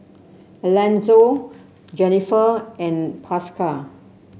Alanzo Jenniffer and Pascal